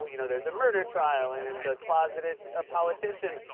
but you know, there's a murder trial and it's a closeted ah politician.